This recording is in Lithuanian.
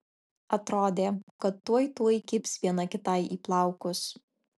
atrodė kad tuoj tuoj kibs viena kitai į plaukus